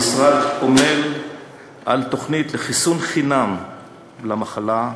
המשרד עמל על תוכנית לחיסון חינם למחלה,